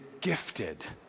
gifted